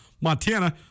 Montana